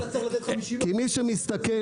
כי מי שמסתכל